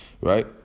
Right